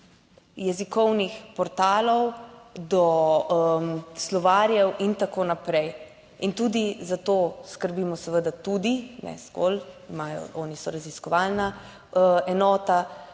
jezikovnih portalov, do slovarjev in tako naprej. In tudi za to skrbimo seveda tudi. Ne zgolj imajo, oni so raziskovalna enota